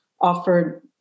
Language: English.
offered